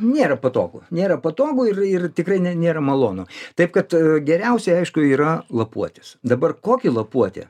nėra patogu nėra patogu ir ir tikrai ne nėra malonu taip kad geriausiai aišku yra lapuotis dabar kokį lapuotį